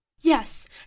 Yes